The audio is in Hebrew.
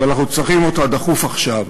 אבל אנחנו צריכים אותה דחוף עכשיו.